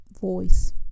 Voice